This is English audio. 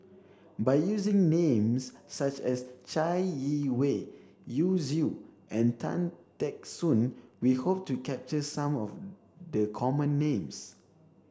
by using names such as Chai Yee Wei Yu Zhu and Tan Teck Soon we hope to capture some of the common names